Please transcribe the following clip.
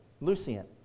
Lucian